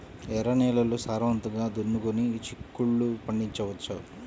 ఎర్ర నేలల్లో సారవంతంగా దున్నుకొని చిక్కుళ్ళు పండించవచ్చు